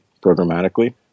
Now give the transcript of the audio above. programmatically